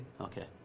Okay